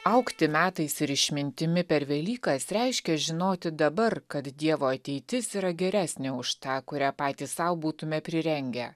augti metais ir išmintimi per velykas reiškia žinoti dabar kad dievo ateitis yra geresnė už tą kurią patys sau būtume prirengę